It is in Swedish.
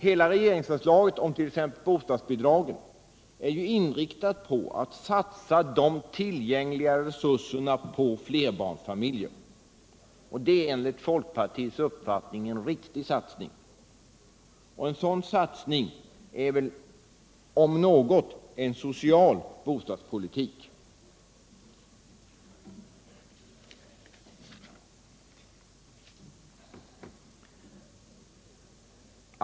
Hela regeringsförslaget om bostadsbidragen är inriktat på att satsa tillgängliga resurser på flerbarnsfamiljerna, och det är enligt folkpartiets uppfattning en riktig satsning. En sådan satsning är väl om något en social bostadspolitik.